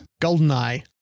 GoldenEye